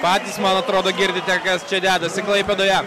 patys man atrodo girdite kas čia dedasi klaipėdoje